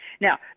Now